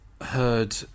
heard